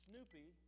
Snoopy